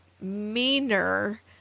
meaner